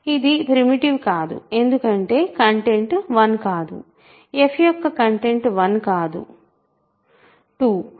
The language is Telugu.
ఇది ప్రిమిటివ్ కాదు ఎందుకంటే కంటెంట్ 1 కాదు f యొక్క కంటెంట్ 1 కాదు 2